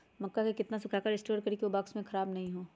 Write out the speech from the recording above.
मक्का को कितना सूखा कर स्टोर करें की ओ बॉक्स में ख़राब नहीं हो?